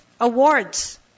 awards